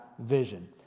vision